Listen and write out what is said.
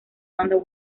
dando